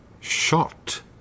Shot